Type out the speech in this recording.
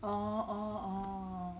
oh